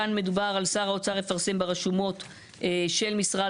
כאן מדובר על שר האוצר יפרסם ברשומות של משרד